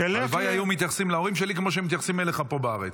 תלך --- הלוואי שהיו מתייחסים להורים שלי כמו שמתייחסים אליך פה בארץ.